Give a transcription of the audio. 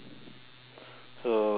so uh